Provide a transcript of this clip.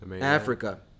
Africa